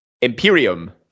Imperium